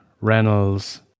Reynolds